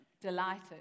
delighted